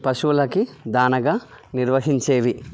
పశువులకి దానగా నిర్వహించేవి